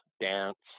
dance